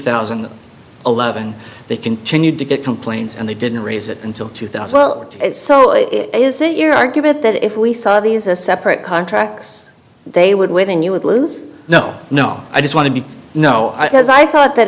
thousand and eleven they continued to get complaints and they didn't raise it until two thousand well so is it your argument that if we saw these a separate contracts they would women you would lose no no i just want to be no i was i thought that